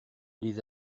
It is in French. les